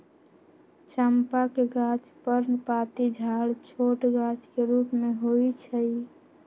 चंपा के गाछ पर्णपाती झाड़ छोट गाछ के रूप में होइ छइ